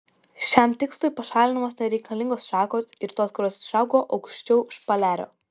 šiam tikslui pašalinamos nereikalingos šakos ir tos kurios išaugo aukščiau špalerio